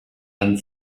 and